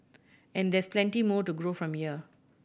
and there's plenty more to grow from here